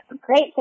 Great